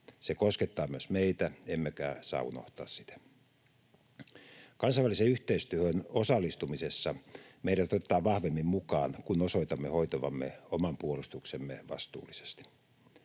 Se koskettaa myös meitä, emmekä saa unohtaa sitä. Kansainväliseen yhteistyöhön osallistumisessa meidät otetaan vahvemmin mukaan, kun osoitamme hoitavamme oman puolustuksemme vastuullisesti.